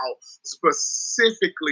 specifically